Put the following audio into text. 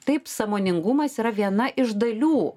taip sąmoningumas yra viena iš dalių